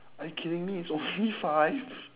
are you kidding me it's only five